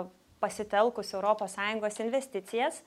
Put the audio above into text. pasitelkus europos sąjungos investicijas